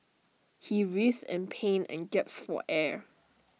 he writhed in pain and gasped for air